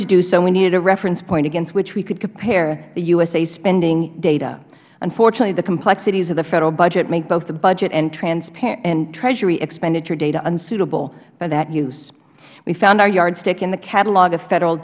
to do so we needed a reference point against which we could compare the usaspending gov data unfortunately the complexities of the federal budget make both the budget and treasury expenditure data unsuitable for that use we found our yardstick in the catalog of federal